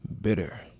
bitter